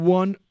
one